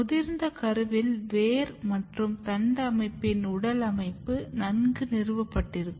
முதிர்ந்த கருவில் வேர் மற்றும் தண்டு அமைப்பின் உடல் அமைப்பு நன்கு நிறுவப்பட்டிருக்கும்